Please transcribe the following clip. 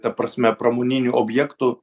ta prasme pramoninių objektų